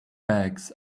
bags